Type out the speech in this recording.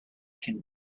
can